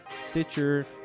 Stitcher